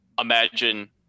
imagine